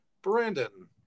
Brandon